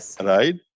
right